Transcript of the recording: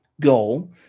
goal